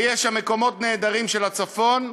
ויש שם מקומות נהדרים של הצפון,